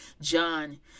John